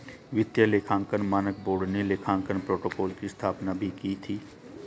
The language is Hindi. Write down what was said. वित्तीय लेखांकन मानक बोर्ड ने लेखांकन प्रोटोकॉल की स्थापना भी की थी